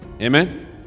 Amen